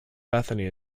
bethany